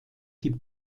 die